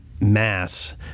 mass